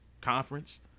conference